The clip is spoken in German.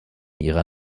ihrer